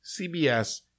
CBS